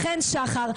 לכן שחר,